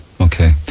okay